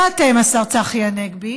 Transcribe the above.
ואתם, השר צחי הנגבי,